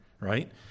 right